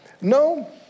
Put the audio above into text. No